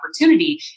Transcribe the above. opportunity